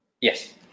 Yes